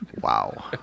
wow